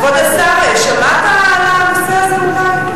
כבוד השר, שמעת על הנושא הזה אולי?